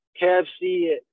KFC